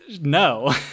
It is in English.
No